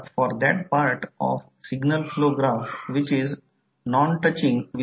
तर v1 N1 d ∅21 dt N1 d ∅21 di2 di2dt हे पुन्हा चेन रूल वापरून लिहिले आहे